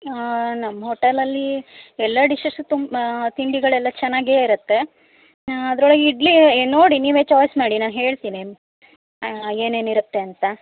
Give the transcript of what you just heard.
ಆ ನಮ್ಮ ಹೋಟೆಲಲ್ಲಿ ಎಲ್ಲ ಡಿಶ್ಶಸ್ಸು ತುಂಬ ತಿಂಡಿಗಳೆಲ್ಲ ಚೆನಾಗೇ ಇರತ್ತೆ ಅದರೊಳಗೆ ಇಡ್ಲಿ ನೋಡಿ ನೀವೇ ಚಾಯ್ಸ್ ಮಾಡಿ ನಾ ಹೇಳ್ತೀನಿ ಏನೇನಿರುತ್ತೆ ಅಂತಾ